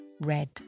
red